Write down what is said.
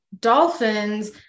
dolphins